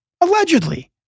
Allegedly